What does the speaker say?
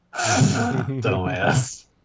Dumbass